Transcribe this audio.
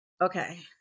Okay